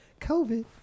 COVID